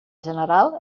general